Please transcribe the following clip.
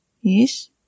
yes